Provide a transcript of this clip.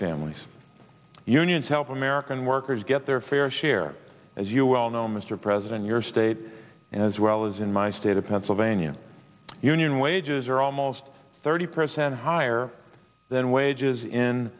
families unions help american workers get their fair share as you well know mr president your state as well as in my state of pennsylvania union wages are almost thirty percent higher than wages in